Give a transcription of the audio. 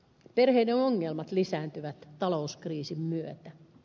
perheiden ongelmat lisääntyvät talouskriisin myötä